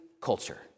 culture